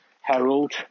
herald